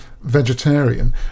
vegetarian